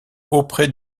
auprès